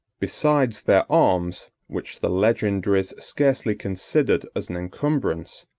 besides their arms, which the legendaries scarcely considered as an encumbrance,